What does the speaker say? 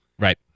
Right